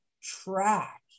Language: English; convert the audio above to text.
track